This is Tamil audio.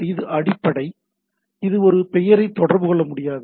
அது அடிப்படை இது ஒரு பெயரை தொடர்பு கொள்ள முடியாது